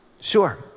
Sure